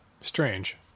strange